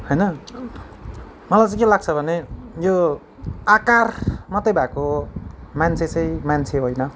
होइन मलाई चाहिँ के लाग्छ भने यो आकार मात्रै भएको मान्छे चाहिँ मान्छे होइन